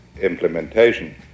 implementation